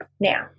Now